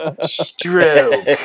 stroke